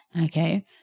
Okay